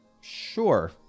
Sure